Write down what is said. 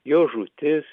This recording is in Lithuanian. jo žūtis